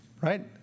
Right